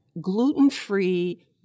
gluten-free